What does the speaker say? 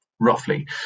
Roughly